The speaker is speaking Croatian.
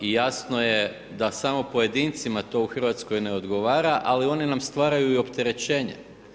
Jasno da samo pojedincima to u Hrvatskoj ne odgovara, ali oni nam stvaraju i opterećenje.